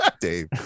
Dave